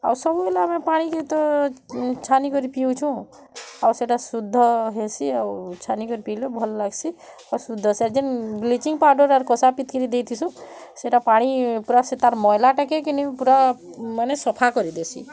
ଆଉ ସବୁବେଲେ ଆମେ ପାଣିକି ତ ଛାନି କରି ପିଉଛୁଁ ଆଉ ସେଟା ଶୁଦ୍ଧ ହେସି ଆଉ ଛାନି କରି ପିଇଲେ ଭଲ୍ ଲାଗସି ଆଉ ଶୁଦ୍ଧ ସେ ଜେନ୍ ବ୍ଲିଚିଙ୍ଗ ପାଉଡ଼ର୍ ଆଉ କଷା ଫିଟକିରି ଦେଇଥିସୁଁ ସେଟା ପାଣି ପୁରା ସେ ତା'ର ମଇଲାଟାକ କିନି ପୁରା ମାନେ ସଫା କରି ଦେସି